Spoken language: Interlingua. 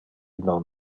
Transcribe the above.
non